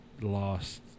lost